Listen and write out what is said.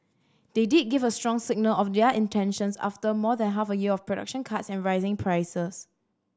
they did give a strong signal of their intentions after more than half a year of production cuts and rising prices